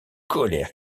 colère